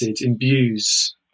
imbues